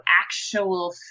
actual